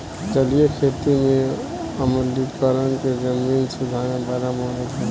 जलीय खेती में आम्लीकरण के जमीन सुधार में बड़ा मदद होला